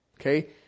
Okay